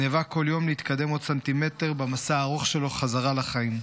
נאבק כל יום להתקדם עוד סנטימטר במסע הארוך שלו חזרה לחיים.